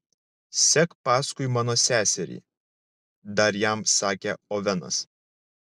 sek paskui mano seserį dar jam sakė ovenas